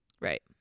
right